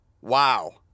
Wow